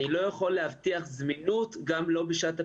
אני לא יכול להבטיח זמינות גם לא בשעת הפעילות.